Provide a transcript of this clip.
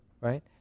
right